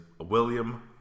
William